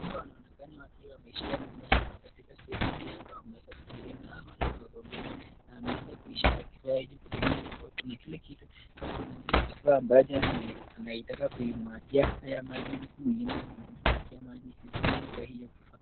Hawa wanaonekana wakiwa wameshika kifaa hiki katika sehemu hii ambayo wameweza kuhudhuria. Nao wale ni viongozi na wameweza kuishika kifaa hiki kudhihirisha kuwa kuna kile kitu, au kifaa ambacho anataka kuimwagia haya maji, huku mwingine akimwangia maji hizo katika hiyo kifaa.